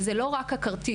זה לא רק הכרטיס,